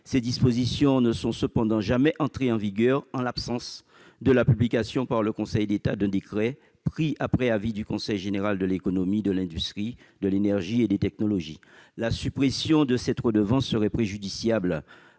Ces dispositions ne sont cependant jamais entrées en vigueur en l'absence de la publication, par le Conseil d'État, d'un décret, pris après avis du Conseil général de l'économie, de l'industrie, de l'énergie et des technologies. La suppression de cette redevance serait préjudiciable